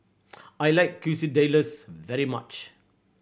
I like Quesadillas very much